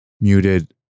muted